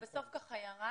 זה בסוף ירד.